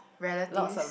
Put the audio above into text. relatives